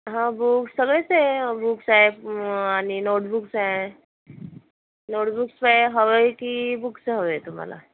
book सगळेच आहे books आहे आणि नोटबुक्स आहे नोटबुक्स आहे हवंय की बुक्स हवे तुम्हाला